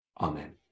Amen